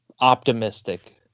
optimistic